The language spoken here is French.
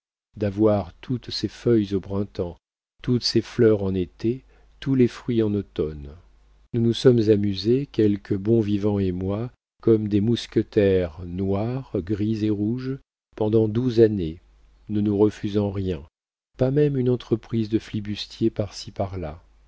d'avoir toutes ses feuilles au printemps toutes ses fleurs en été tous les fruits en automne nous nous sommes amusés quelques bons vivants et moi comme des mousquetaires noirs gris et rouges pendant douze années ne nous refusant rien pas même une entreprise de flibustier par